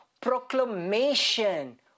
proclamation